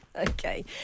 Okay